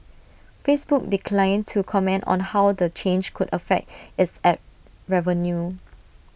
Facebook declined to comment on how the change could affect its Ad revenue